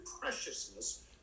preciousness